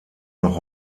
noch